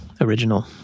original